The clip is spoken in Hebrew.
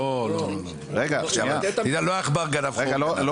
רגע, לא העכבר --- בגבינה.